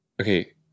Okay